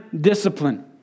discipline